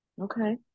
Okay